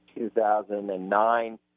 2009 –